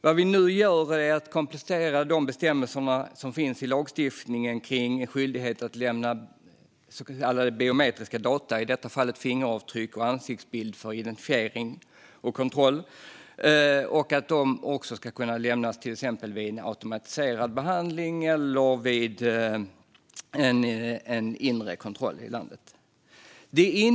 Vad vi nu gör är att vi kompletterar bestämmelserna i lagstiftningen kring skyldigheten att lämna biometriska data, i detta fall fingeravtryck och ansiktsbild, för identifiering och kontroll och att de också ska kunna lämnas till exempel vid en automatiserad behandling eller vid en inre kontroll i landet.